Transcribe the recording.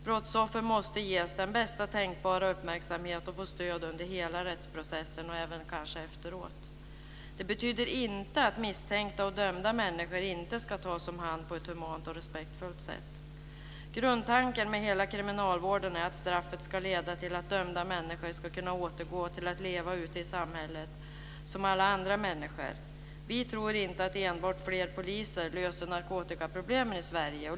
Brottsoffer måste ges den bästa tänkbara uppmärksamheten och få stöd under hela rättsprocessen och kanske även efteråt. Det betyder inte att misstänkta och dömda människor inte ska tas om hand på ett humant och respektfullt sätt. Grundtanken med hela kriminalvården är att straffet ska leda till att dömda människor ska kunna återgå till att leva ute i samhället som alla andra människor. Vi tror inte att enbart fler poliser löser narkotikaproblemen i Sverige.